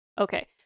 okay